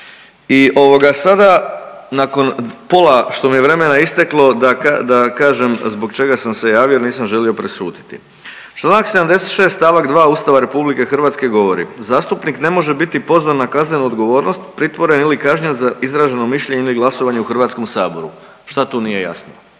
I ovoga sada nakon pola što mi je vremena isteklo da kažem zbog čega sam se javio jel nisam želio prešutiti. Čl. 76. st. 2. Ustava RH govori „Zastupnik ne može biti pozvan na kaznenu odgovornost, pritvoren ili kažnjen za izraženo mišljenje ili glasovanje u HS-u.“. Šta tu nije jasno?